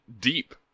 deep